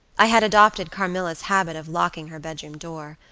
i had adopted carmilla's habit of locking her bedroom door,